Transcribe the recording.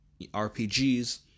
RPGs